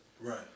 Right